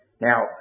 Now